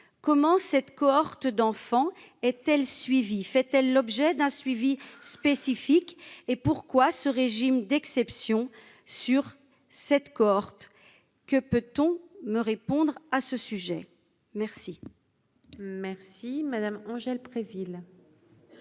comment cette cohorte d'enfants et tel suivie fait-elle l'objet d'un suivi spécifique et pourquoi ce régime d'exception sur cette cohorte, que peut-on me répondre à ce sujet, merci. Merci madame Angèle Préville.